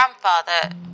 grandfather